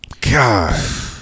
God